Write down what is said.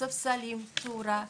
עם ספסלים ועם תאורה,